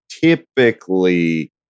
typically